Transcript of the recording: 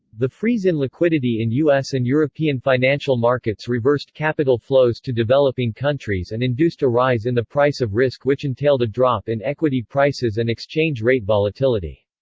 the freeze in liquidity in us and european financial markets reversed capital flows to developing countries and induced a rise in the price of risk which entailed a drop in equity prices and exchange rate volatility.